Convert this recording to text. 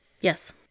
Yes